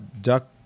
duck